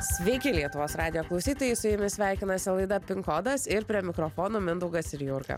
sveiki lietuvos radijo klausytojai su jumis sveikinasi laida pin kodas ir prie mikrofonų mindaugas ir jurga